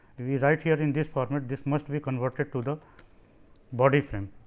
we write here in this format this must be converted to the body frame.